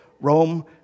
Rome